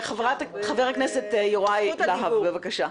חבר הכנסת יוראי להב, בבקשה.